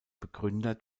begründer